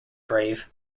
brave